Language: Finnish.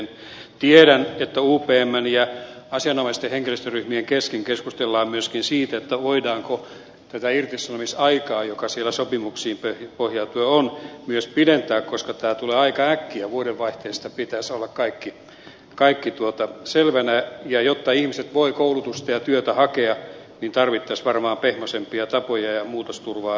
tiedän että upmn ja asianomaisten henkilöstöryhmien kesken keskustellaan myöskin siitä voidaanko tätä irtisanomisaikaa joka siellä sopimuksiin pohjautuen on myös pidentää koska tämä tulee aika äkkiä vuodenvaihteesta pitäisi olla kaikki selvänä ja jotta ihmiset voivat koulutusta ja työtä hakea niin tarvittaisiin varmaan pehmoisempia tapoja ja muutosturvaa sen suhteen